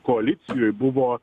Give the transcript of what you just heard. koalicijoj buvo